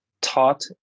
taught